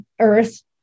earth